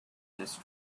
this